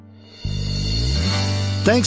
Thanks